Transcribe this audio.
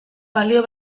balio